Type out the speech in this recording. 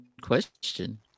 question